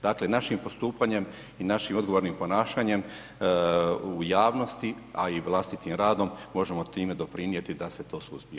Dakle, našim postupanjem i našim odgovornim ponašanjem u javnosti, a i vlastitim radom možemo time doprinijeti da se to suzbije.